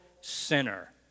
sinner